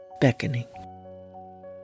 beckoning